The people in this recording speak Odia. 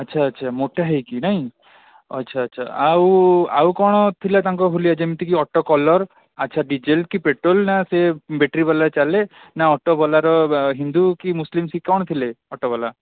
ଆଚ୍ଛା ଆଚ୍ଛା ମୋଟା ହେଇକି ନାହିଁ ହଉ ଆଚ୍ଛା ଆଚ୍ଛା ଆଉ ଆଉ କ'ଣ ଥିଲା ତାଙ୍କ ହୁଲିଆ ଯେମିତିକି ଅଟୋ କଲର ଆଚ୍ଛା ଡିଜେଲ କି ପେଟ୍ରୋଲ ନା ସେ ବ୍ୟାଟେରୀବାଲା ଚାଲେ ନା ଅଟୋବାଲାର ହିନ୍ଦୁ କି ମୁସଲିମ ସେ କ'ଣ ଥିଲେ ଅଟୋବାଲା